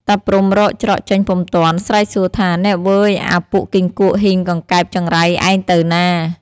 តាព្រហ្មរកច្រកចេញពុំទាន់ ស្រែកសួរថា” នៃវ៉ឺយ! អាពួកគីង្គក់ ហ៊ីងកង្កែប ចង្រៃ ឯងទៅណា ? ”។